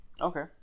Okay